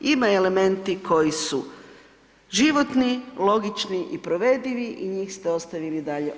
Ima elementi koji su životni, logični i provedivi i njih ste ostavili i dalje.